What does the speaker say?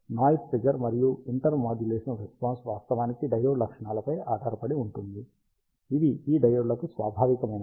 noise figure మరియు intermodulation response వాస్తవానికి diode లక్షణాలపై ఆధారపడి ఉంటుంది ఇవి ఈ డయోడ్లకు స్వాభావికమైనవి